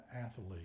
athlete